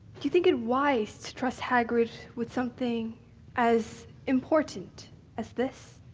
you think it wise to trust hagrid with something as important as this?